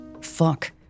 Fuck